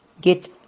get